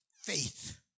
faith